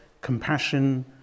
compassion